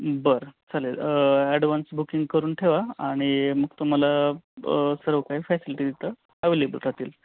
बरं चालेल advance booking करून ठेवा आणि मग तुम्हाला सर्व काही फॅसिलिटी इथं अवेलेबल राहतील